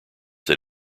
that